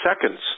seconds